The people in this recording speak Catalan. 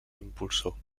impulsor